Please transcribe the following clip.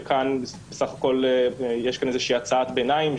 וכאן סך הכל יש כאן איזה שהיא הצעת ביניים,